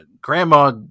Grandma